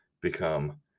become